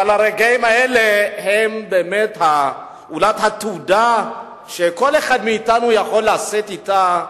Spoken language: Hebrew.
אבל הרגעים האלה הם אולי התעודה שכל אחד מאתנו יכול לשאת אתו,